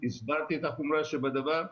הסברתי את החומרה שבדבר.